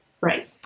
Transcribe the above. right